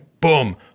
boom